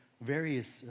various